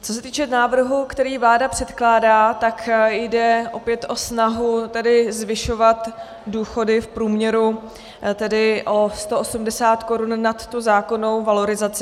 Co se týče návrhu, který vláda předkládá, tak jde opět o snahu tedy zvyšovat důchody v průměru o 180 korun nad zákonnou valorizaci.